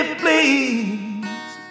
please